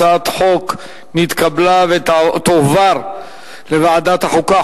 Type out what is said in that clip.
הצעת החוק נתקבלה ותועבר לוועדת החוקה,